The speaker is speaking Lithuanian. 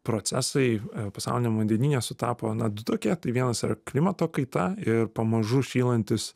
procesai pasauliniam vandenyne sutapo na du tokie tai vienas yra klimato kaita ir pamažu šylantis